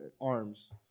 Arms